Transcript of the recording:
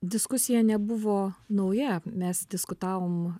diskusija nebuvo nauja mes diskutavom